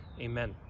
Amen